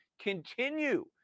continue